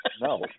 No